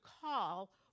call